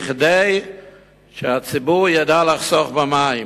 כדי שהציבור ידע לחסוך במים.